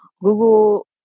Google